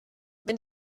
wenn